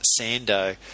Sando